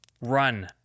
run